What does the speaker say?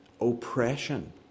oppression